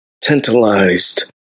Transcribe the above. tantalized